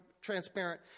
transparent